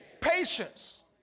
patience